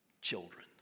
children